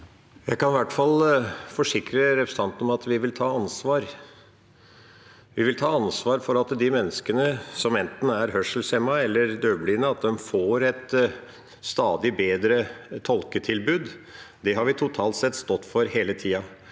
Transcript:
Jeg kan i hvert fall forsikre representanten om at vi vil ta ansvar. Vi vil ta ansvar for at de menneskene som enten er hørselshemmede eller døvblinde, får et stadig bedre tolketilbud. Det har vi totalt sett stått for hele tida.